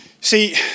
See